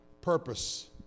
Purpose